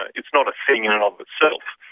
it's not a thing in and of itself,